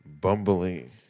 bumbling